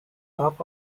half